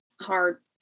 hard